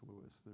Lewis